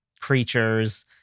creatures